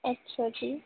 ਅੱਛਾ ਜੀ